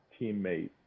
teammate